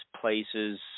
places